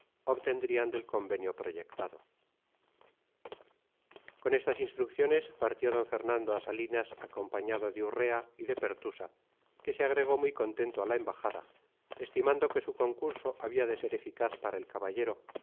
obtendrían del convenio proyectado con estas instrucciones partió d fernando a salinas acompañado de urrea y de pertusa que se agregó muy contento a la embajada estimando que su concurso había de ser eficaz para el caballero